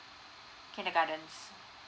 kindergartens